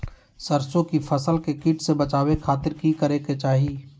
सरसों की फसल के कीट से बचावे खातिर की करे के चाही?